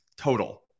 total